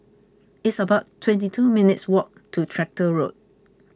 it's about twenty two minutes' walk to Tractor Road